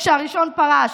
כשהראשון פרש,